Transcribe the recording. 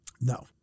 No